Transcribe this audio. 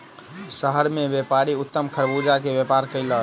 शहर मे व्यापारी उत्तम खरबूजा के व्यापार कयलक